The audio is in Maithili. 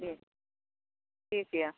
जी ठीक यऽ